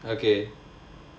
okay